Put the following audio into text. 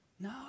No